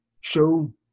show